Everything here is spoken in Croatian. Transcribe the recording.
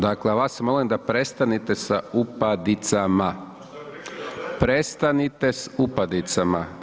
Dakle, vas molim a prestanete sa upadicama, prestanite sa upadicama.